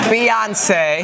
Beyonce